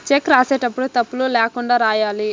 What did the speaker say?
check రాసేటప్పుడు తప్పులు ల్యాకుండా రాయాలి